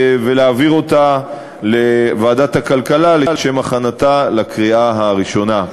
ולהעביר אותה לוועדת הכלכלה לשם הכנתה לקריאה ראשונה.